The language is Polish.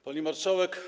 Pani Marszałek!